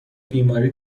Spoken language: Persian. بیماری